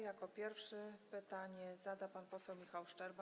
Jako pierwszy pytanie zada pan poseł Michał Szczerba.